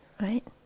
right